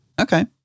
Okay